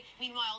Meanwhile